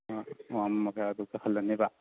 ꯍꯜꯂꯅꯦꯕ